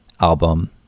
album